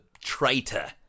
traitor